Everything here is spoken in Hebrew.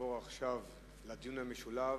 נעבור עכשיו לדיון המשולב.